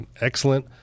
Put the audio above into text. excellent